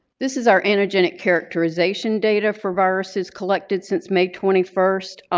this is our antigenic characterization data for viruses collected since may twenty first.